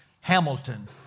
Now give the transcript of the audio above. Hamilton